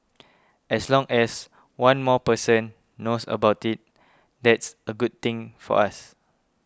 as long as one more person knows about it that's a good thing for us